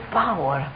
power